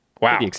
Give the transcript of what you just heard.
Wow